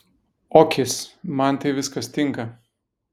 okis man tai viskas tinka